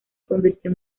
convirtió